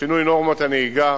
שינוי נורמות הנהיגה,